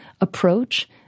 approach